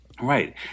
right